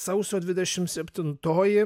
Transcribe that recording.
sausio dvidešim septintoji